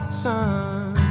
sun